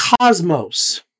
cosmos